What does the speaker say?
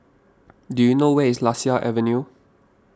do you know where is Lasia Avenue